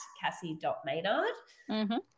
cassie.maynard